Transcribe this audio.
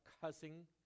cussing